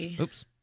oops